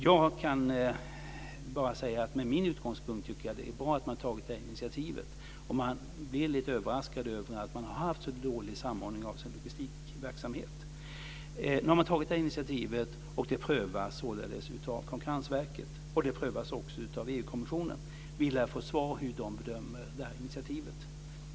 Jag kan bara säga att med min utgångspunkt tycker jag att det är bra att man har tagit det här initiativet. Jag blir lite överraskad över att man har haft så dålig samordning av sin logistikverksamhet. Nu har man tagit det här initiativet, och det prövas således av Konkurrensverket och av EU-kommissionen. Vi lär få svar hur de bedömer detta initiativ.